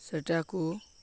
ସେଇଟାକୁ